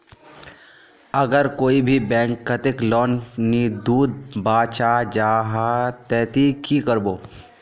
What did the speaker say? अगर कोई भी बैंक कतेक लोन नी दूध बा चाँ जाहा ते ती की करबो?